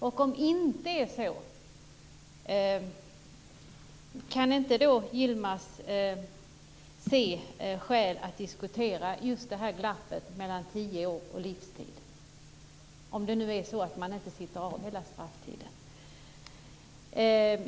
Om det inte är så - kan inte då Yilmaz se skäl att diskutera just det här glappet mellan tio år och livstid, alltså om det nu inte är så att man sitter av hela strafftiden?